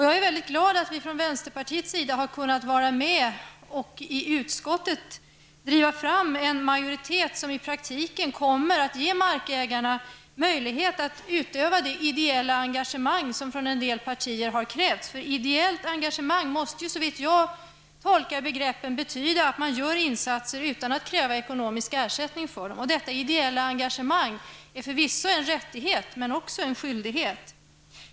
Jag är väldigt glad över att vi i vänsterpartiet har kunnat vara med och i utskottet driva fram ett majoritetsförslag som i praktiken kommer att ge markägarna möjligheter till det ideella engagemang som en del partier har krävt. Ideellt engagemant måste, såvitt jag tolkar begreppen, betyda att man gör insatser utan att kräva ekonomisk ersättning för det. Detta med ideellt engagemang är förvisso en rättighet, men också en skyldighet.